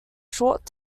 short